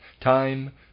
Time